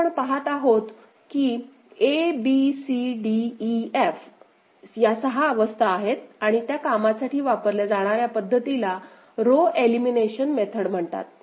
तर आपण पाहत आहोत की a b c d e f सहा अवस्था आहेत आणि त्या कामासाठी वापरल्या जाणार्या पहिल्या पध्दतीला रो एलिमिनेशन मेथड म्हणतात